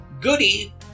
Goody